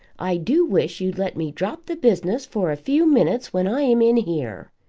i do wish you'd let me drop the business for a few minutes when i am in here.